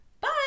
Bye